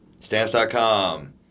stamps.com